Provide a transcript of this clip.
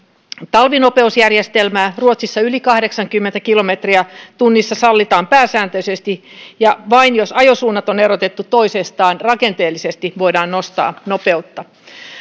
talvinopeusjärjestelmää ruotsissa yli kahdeksankymmentä kilometriä tunnissa sallitaan pääsääntöisesti ja vain jos ajosuunnat on erotettu toisistaan rakenteellisesti voidaan nostaa nopeutta